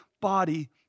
body